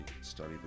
study